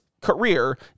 career